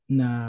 na